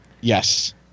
Yes